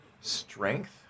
strength